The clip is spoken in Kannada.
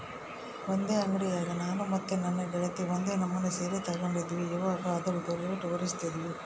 ಒಂದೇ ಅಂಡಿಯಾಗ ನಾನು ಮತ್ತೆ ನನ್ನ ಗೆಳತಿ ಒಂದೇ ನಮನೆ ಸೀರೆ ತಗಂಡಿದ್ವಿ, ಇವಗ ಅದ್ರುದು ರೇಟು ಹೋಲಿಸ್ತಿದ್ವಿ